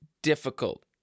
Difficult